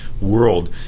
world